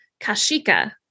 kashika